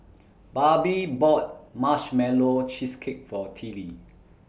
Barbie bought Marshmallow Cheesecake For Tillie